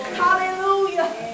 Hallelujah